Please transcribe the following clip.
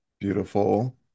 Beautiful